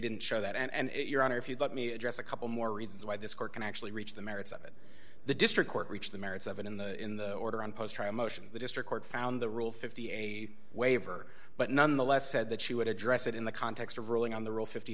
didn't show that and your honor if you let me address a couple more reasons why this court can actually reach the merits of the district court reached the merits of it in the in the order on post trial motions the district court found the rule fifty a waiver but nonetheless said that she would address it in the context of ruling on the rule fifty